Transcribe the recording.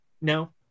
No